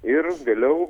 ir vėliau